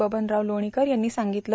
बबबराव लोणीकर यांनी सांगितलं